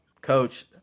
coach